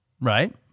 right